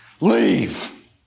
leave